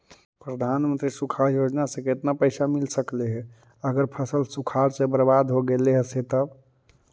प्रधानमंत्री सुखाड़ योजना से केतना पैसा मिल सकले हे अगर फसल सुखाड़ से बर्बाद हो गेले से तब?